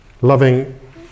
loving